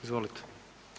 Izvolite.